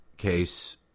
case